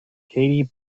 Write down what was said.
katy